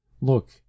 Look